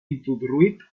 introduït